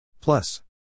Plus